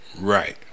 Right